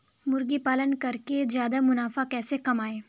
मुर्गी पालन करके ज्यादा मुनाफा कैसे कमाएँ?